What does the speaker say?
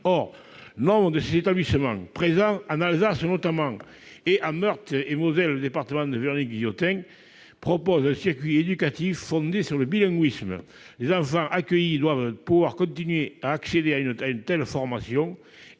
Or nombre de ces établissements, présents en Alsace notamment et en Meurthe-et-Moselle, le département de Véronique Guillotin, proposent un circuit éducatif fondé sur le bilinguisme. Les enfants accueillis doivent pouvoir continuer à accéder à une telle formation,